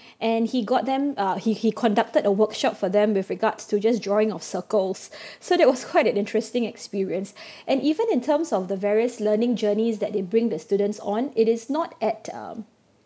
and he got them uh he he conducted a workshop for them with regards to just drawing of circles so that was quite an interesting experience and even in terms of the various learning journeys that they bring the students on it is not at um